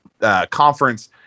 conference